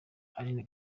aline